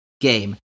game